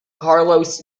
carlos